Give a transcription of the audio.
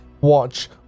watch